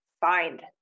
find